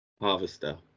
Harvester